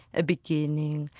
a beginning,